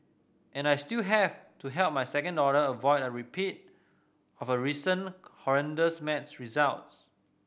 and I still have to help my second daughter avoid a repeat of her recent horrendous maths results